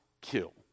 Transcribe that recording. kill